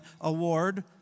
Award